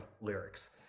lyrics